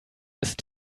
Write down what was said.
ist